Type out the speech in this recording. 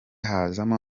hazamo